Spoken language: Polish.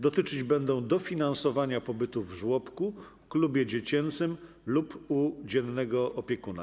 Dotyczyć ono będzie dofinansowania pobytu w żłobku, klubie dziecięcym lub u dziennego opiekuna.